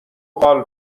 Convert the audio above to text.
قال